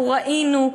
אנחנו ראינו,